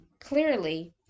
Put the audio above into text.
clearly